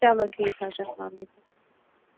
چلو ٹھیٖک حظ چھُ السلامُ علیکُم